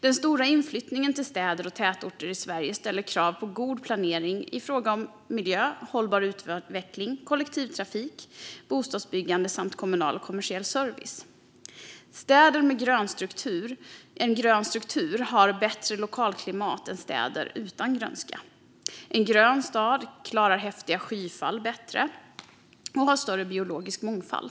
Den stora inflyttningen till städer och tätorter i Sverige ställer krav på god planering i fråga om miljö och hållbar utveckling, kollektivtrafik, bostadsbyggande samt kommunal och kommersiell service. Städer med grön struktur har bättre lokalklimat än städer utan grönska. En grön stad klarar häftiga skyfall bättre och har större biologisk mångfald.